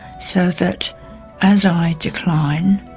so that as i decline,